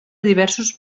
diversos